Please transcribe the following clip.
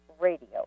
radio